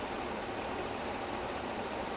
but they can dance damn well so